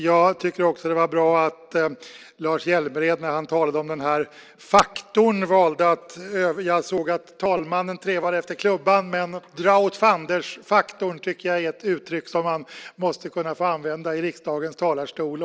Jag tycker också att det var bra att Lars Hjälmered talade om dra-åt-fanders-faktorn - jag såg att talmannen grep efter klubban när ordet nämndes, men jag tycker att det måste få användas i riksdagens talarstol.